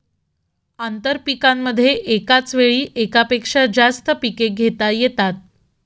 आंतरपीकांमध्ये एकाच वेळी एकापेक्षा जास्त पिके घेता येतात